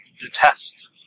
detest